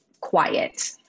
quiet